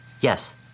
yes